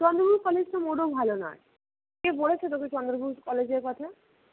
চন্দ্রপুর কলেজটা মোটেও ভালো নয় কে বলেছে তোকে চন্দ্রপুর কলেজের কথা